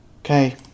Okay